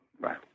Bye